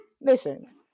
Listen